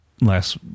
last